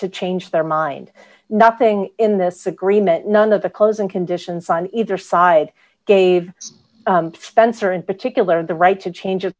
to change their mind nothing in this agreement none of the close and conditions on either side gave spencer in particular the right to change